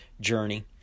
journey